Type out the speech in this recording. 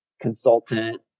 consultant